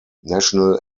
national